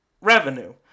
revenue